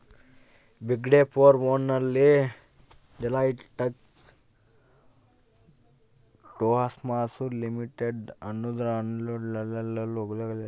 ಬಿಗ್ಡೆ four one ನಲ್ಲಿ Deloitte Touche Tohmatsu limited ಅನ್ನು Deloitte ಎಂದು ಕರೆಯಲಾಗ್ತದ